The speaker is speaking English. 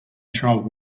child